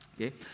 okay